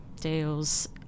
deals